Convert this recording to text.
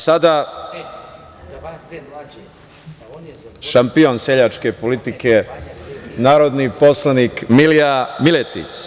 Sada šampion seljačke politike, narodni poslanik Milija Miletić.